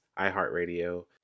iHeartRadio